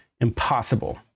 impossible